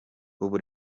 ubu